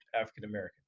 African-American